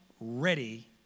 ready